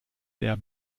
der